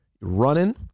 running